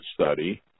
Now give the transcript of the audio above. study